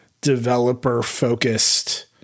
developer-focused